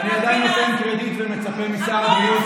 אני עדיין נותן קרדיט ומצפה משר הבריאות